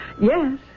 Yes